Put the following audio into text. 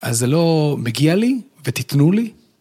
‫אז זה לא מגיע לי ותיתנו לי?